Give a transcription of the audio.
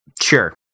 Sure